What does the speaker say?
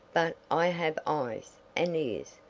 but i have eyes. and ears.